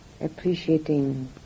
appreciating